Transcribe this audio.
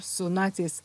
su naciais